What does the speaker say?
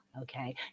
Okay